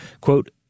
Quote